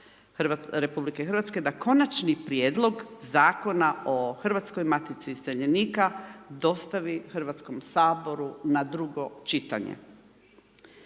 Vladi RH, da konačni prijedlog Zakona o Hrvatskoj matici iseljenika dostavi Hrvatskom saboru na drugo čitanje.